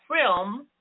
film